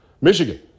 Michigan